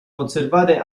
conservate